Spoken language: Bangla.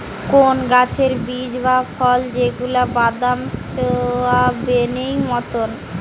কোন গাছের বীজ বা ফল যেগুলা বাদাম, সোয়াবেনেই মতোন